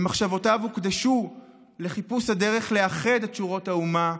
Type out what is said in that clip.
ומחשבותיו הוקדשו לחיפוש הדרך לאחד את שורות האומה,